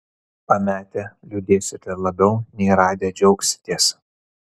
pametę liūdėsite labiau nei radę džiaugsitės